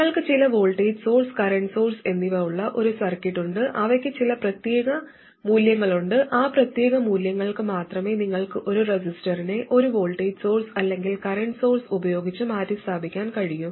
നിങ്ങൾക്ക് ചില voltage source current source എന്നിവ ഉള്ള ഒരു സർക്യൂട്ട് ഉണ്ട് അവയ്ക്ക് ചില പ്രത്യേക മൂല്യങ്ങളുണ്ട് ആ പ്രത്യേക മൂല്യങ്ങൾക്ക് മാത്രമേ നിങ്ങൾക്ക് ഒരു റെസിസ്റ്ററിനെ ഒരു വോൾട്ടേജ് സോഴ്സ് അല്ലെങ്കിൽ കറന്റ് സോഴ്സ് ഉപയോഗിച്ച് മാറ്റിസ്ഥാപിക്കാൻ കഴിയൂ